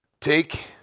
Take